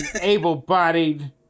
able-bodied